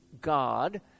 God